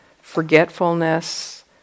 forgetfulness